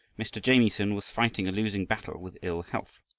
mr. jamieson was fighting a losing battle with ill health.